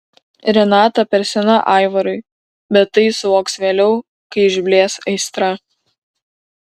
renata per sena aivarui bet tai jis suvoks vėliau kai išblės aistra